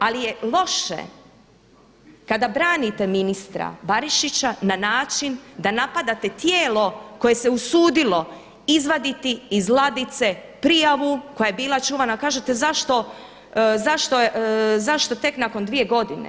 Ali je loše kada branite ministra Barišića na način da napadate tijelo koje se usudilo izvaditi iz ladice prijavu koja je bila čuvana kažete zašto tek nakon dvije godine.